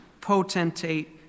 potentate